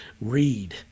read